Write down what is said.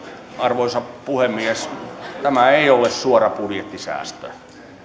arvoisa puhemies tämä ei ole suora budjettisäästö